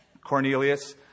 Cornelius